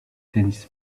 tennis